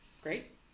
Great